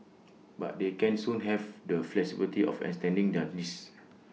but they can soon have the flexibility of extending their lease